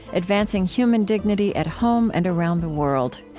advancing human dignity at home and around the world.